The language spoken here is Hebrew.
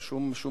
אין שום בעיה,